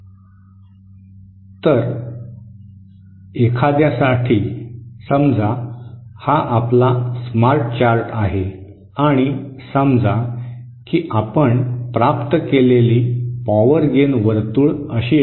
Refer Slide Time 1836 तर एखाद्यासाठी समजा हा आपला स्मार्ट चार्ट आहे आणि समजा की आपण प्राप्त केलेली पॉवर गेन वर्तुळ अशी आहेत